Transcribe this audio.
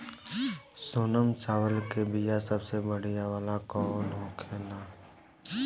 सोनम चावल के बीया सबसे बढ़िया वाला कौन होखेला?